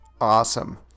awesome